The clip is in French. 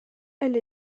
elle